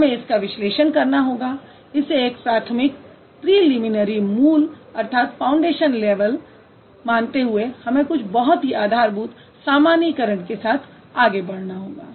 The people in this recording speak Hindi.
हमें इसका विश्लेषण करना होगा इसे एक प्राथमिक मूल पाठ्यक्रम मानते हुए हमें कुछ बहुत ही आधारभूत सामान्यीकरण के साथ बढ़ना होगा